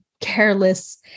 careless